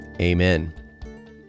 Amen